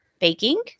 baking